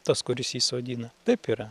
tas kuris jį sodina taip yra